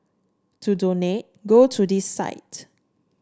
to donate go to this site